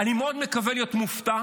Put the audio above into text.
אני מאוד מקווה להיות מופתע,